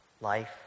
life